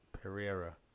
Pereira